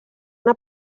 una